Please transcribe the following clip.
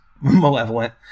malevolent